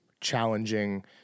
challenging